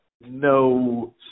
no